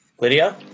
Lydia